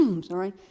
sorry